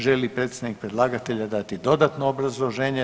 Želi li predstavnik predlagatelja dati dodatno obrazloženje?